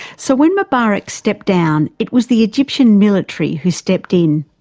so when mubarak stepped down, it was the egyptian military who stepped in.